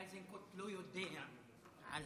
איזנקוט לא יודע על